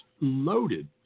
loaded